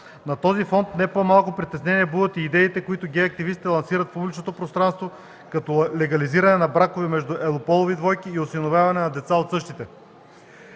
На този фон не по-малко притеснение будят и идеите, които гей активистите лансират в публичното пространство като легализиране на бракове между еднополови двойки и осиновяване на деца от същите.